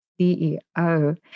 CEO